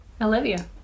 Olivia